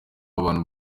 abantu